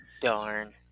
Darn